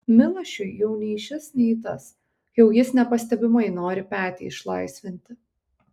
milašiui jau nei šis nei tas jau jis nepastebimai nori petį išlaisvinti